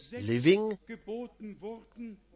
living